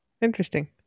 interesting